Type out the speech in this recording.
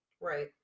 Right